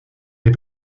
les